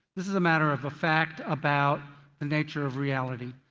this is a matter of a fact about the nature of reality.